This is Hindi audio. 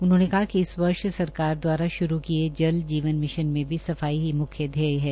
उन्होंने कहा कि इस वर्ष सरकार दवारा श्रू किए गये जल जीवन मिशन में भी सफाई की मुख्य घ्येय है